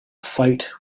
fight